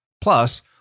Plus